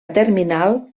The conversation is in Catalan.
terminal